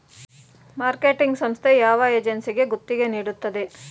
Marketing ಸಂಸ್ಥೆ ಯಾವ ಏಜೆನ್ಸಿಗೆ ಗುತ್ತಿಗೆ ನೀಡುತ್ತದೆ?